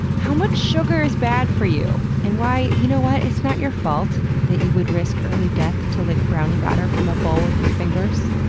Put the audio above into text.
how much sugar is bad for you, and why, you know what, it's not your fault that you would risk early death to lick brownie batter from a bowl with your fingers,